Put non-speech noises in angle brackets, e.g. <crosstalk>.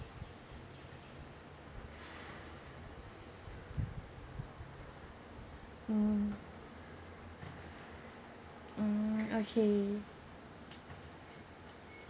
<breath> mm mm okay